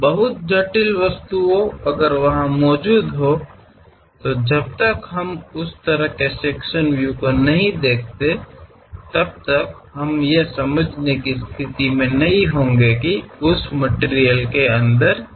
बहुत जटिल वस्तुओं अगर वहाँ मौजूद हैं तो जब तक हम उस तरह के सेक्शन व्यू को नहीं दिखाते तब तक हम यह समझने की स्थिति में नहीं होंगे कि उस मटिरियल के अंदर क्या है